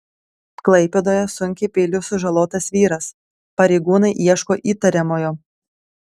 klaipėdoje sunkiai peiliu sužalotas vyras pareigūnai ieško įtariamojo